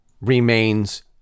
remains